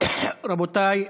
רבותיי.